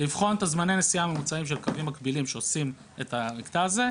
לבחון את זמני הנסיעה הממוצעים של קווים מקבילים שעושים את המקטע הזה,